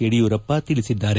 ಯಡಿಯೂರಪ್ಪ ತಿಳಿಸಿದ್ದಾರೆ